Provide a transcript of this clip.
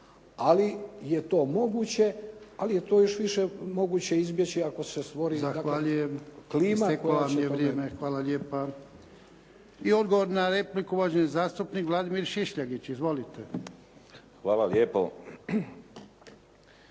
ali je to moguće, ali je to još više moguće izbjeći ako se stvori klima koja će … **Jarnjak, Ivan (HDZ)** Zahvaljujem. Isteklo vam je vrijeme. Hvala lijepa. I odgovor na repliku, uvaženi zastupnik Vladimir Šišljagić. Izvolite. **Šišljagić,